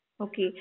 Okay